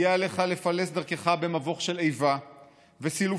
יהיה עליך לפלס דרכך במבוך של איבה וסילופים,